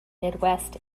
midwest